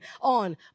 on